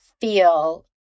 feel